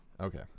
Okay